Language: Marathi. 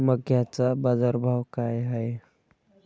मक्याचा बाजारभाव काय हाय?